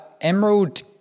Emerald